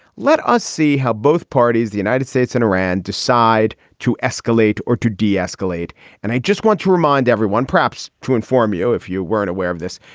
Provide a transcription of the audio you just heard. let us see how both parties, the united states and iran, decide to escalate or to de-escalate. and i just want to remind everyone, perhaps to inform you, if you weren't aware of this,